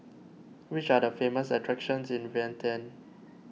which are the famous attractions in Vientiane